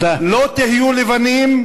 לא תהיו לבנים,